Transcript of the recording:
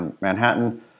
Manhattan